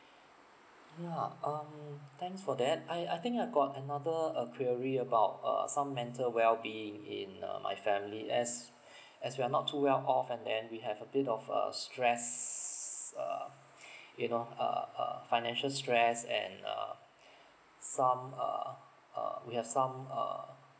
yeah um thanks for that I I think I've got another uh query about uh some mental well being in uh my family as as we are not too well off and then we have a bit of a stress uh you know err err financial stress and err some err err we have some err